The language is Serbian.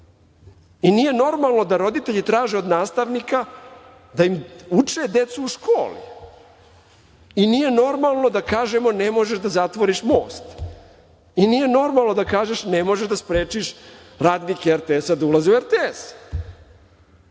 i nije normalno da roditelji traže od nastavnika da im uče decu u školama, i nije normalno da kažemo – ne možeš da zatvoriš most, i nije normalno da kažeš, ne možeš da sprečiš radnike RTS da ulaze u RTS,